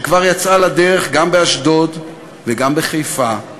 ושכבר יצאה לדרך גם באשדוד וגם בחיפה,